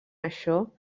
això